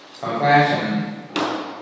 compassion